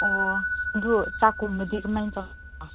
ꯑꯣ ꯑꯗꯨ ꯆꯥꯛꯀꯨꯝꯕꯗꯤ ꯀꯃꯥꯏ ꯇꯧꯕ